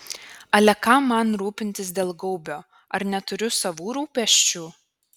ale kam man rūpintis dėl gaubio ar neturiu savų rūpesčių